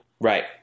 Right